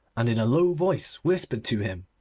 and in a low voice whispered to him.